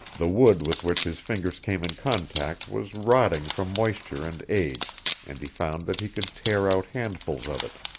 the wood with which his fingers came in contact was rotting from moisture and age and he found that he could tear out handfuls of it.